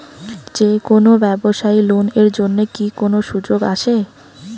যে কোনো ব্যবসায়ী লোন এর জন্যে কি কোনো সুযোগ আসে?